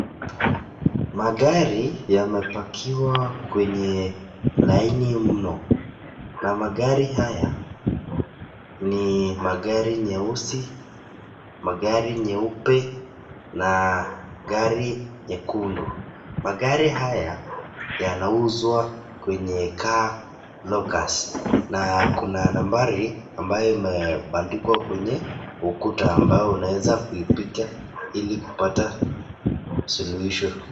Magari yamepakiwa kwenye laini mno. Na magari haya, ni magari nyeusi, magari nyeupe, na gari nyekundu. Magari haya yanauzwa kwenye car blockers . Na kuna nambari ambayo imebandikwa kwenye ukuta ambayo unaweza kuipiga ili kupata suluhisho.